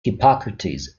hippocrates